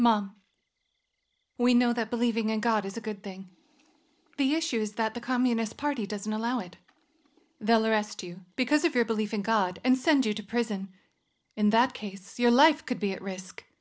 mom we know that believing in god is a good thing the issue is that the communist party doesn't allow it they'll arrest you because of your belief in god and send you to prison in that case your life could be at risk